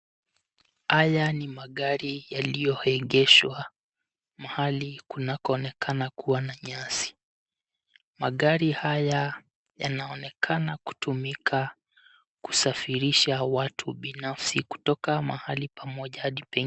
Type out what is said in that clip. Haya ni magari yaliyoegeshwa mahali kunakoonekankuwa na nyasi. Magari haya yanaonekana kutumika kusafirisha watu binafsi kutoka mahali pamoja hadi pengine.